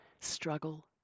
struggle